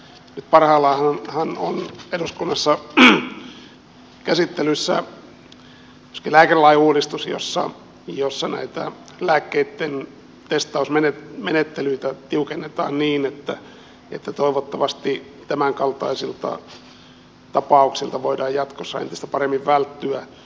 nyt parhaillaanhan on eduskunnassa käsittelyssä myöskin lääkelain uudistus jossa näitä lääkkeitten testausmenettelyitä tiukennetaan niin että toivottavasti tämänkaltaisilta tapauksilta voidaan jatkossa entistä paremmin välttyä